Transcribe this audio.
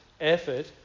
effort